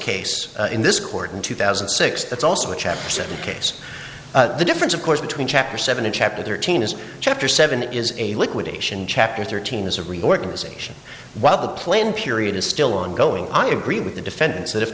case in this court in two thousand and six that's also a chapter seven case the difference of course between chapter seven and chapter thirteen is chapter seven is a liquidation chapter thirteen is a reorganization while the plan period is still ongoing i agree with the defendants that if